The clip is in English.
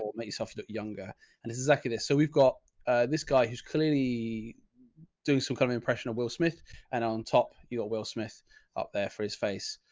make yourself look younger and it's exactly this. so we've got this guy who's clearly doing some kind of impression of will smith and on top, you're at wellsmith up there for his face,